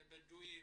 לבדואים,